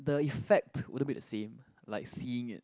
the effect would it be the same like seeing it